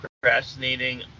procrastinating